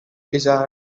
desired